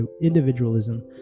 individualism